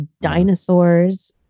dinosaurs